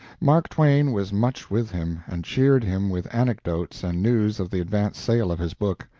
mark twain was much with him, and cheered him with anecdotes and news of the advance sale of his book.